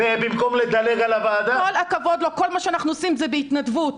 כל מה שאנחנו עושים זה בהתנדבות.